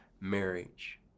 marriage